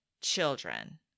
children